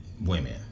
women